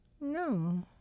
no